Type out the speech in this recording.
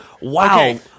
wow